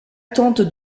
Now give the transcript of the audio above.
tente